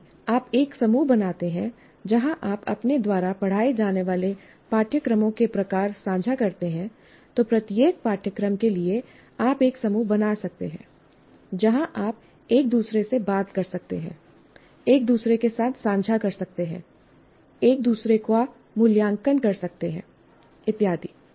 यदि आप एक समूह बनाते हैं जहां आप अपने द्वारा पढ़ाए जाने वाले पाठ्यक्रमों के प्रकार साझा करते हैं तो प्रत्येक पाठ्यक्रम के लिए आप एक समूह बना सकते हैं जहां आप एक दूसरे से बात कर सकते हैं एक दूसरे के साथ साझा कर सकते हैं एक दूसरे का मूल्यांकन कर सकते हैं इत्यादि